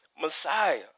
Messiah